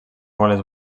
goles